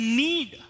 need